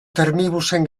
termibusen